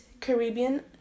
Caribbean